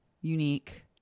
unique